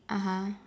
(uh huh)